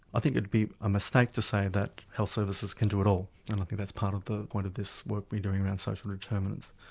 i think it would be a mistake to say that health services can do it all, and i think that's part of the point of this work we're doing around social determinants.